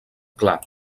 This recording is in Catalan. clar